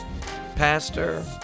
pastor